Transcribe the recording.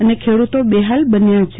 અને ખેડતો બેહાલ બન્યા છે